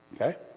Okay